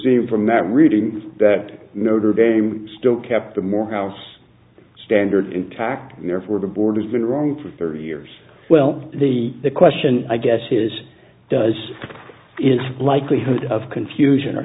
seem from that reading that notre dame still kept the morehouse standard intact and therefore the board has been wrong for thirty years well the question i guess is does is a likelihood of confusion or